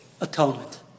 atonement